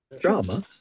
Drama